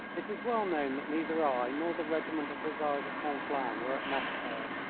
it is well known that neither i nor the regiment of hussars of conflans were at moscow.